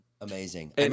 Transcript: Amazing